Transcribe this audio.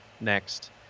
next